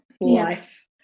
life